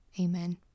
Amen